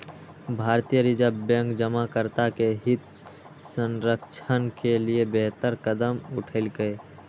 भारतीय reserve bank जमाकर्ता के हित संरक्षण के लिए बेहतर कदम उठेलकै